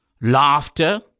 Laughter